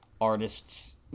artists